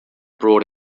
brought